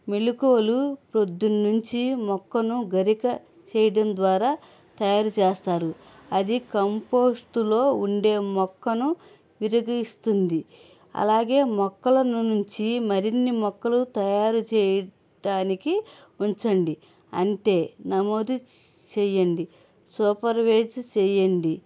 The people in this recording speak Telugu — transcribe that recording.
మెలకువలు ప్రొద్దున్నుంచి మొక్కను గరిక చేయడం ద్వారా తయారు చేస్తారు అది కంపోస్టు లో ఉండే మొక్కను విరిగిస్తుంది అలాగే మొక్కల నుంచి మరిన్ని మొక్కలు తయారు చేయడానికి ఉంచండి అంతే నమోదు చేయండి సూపర్వైజ్ చేయండి